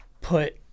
put